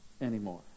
anymore